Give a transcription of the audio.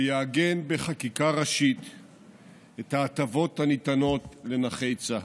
שיעגן בחקיקה ראשית את ההטבות הניתנות לנכי צה"ל.